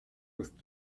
with